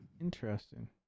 interesting